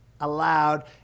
allowed